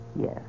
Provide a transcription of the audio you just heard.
Yes